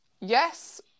yes